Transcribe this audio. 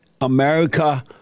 America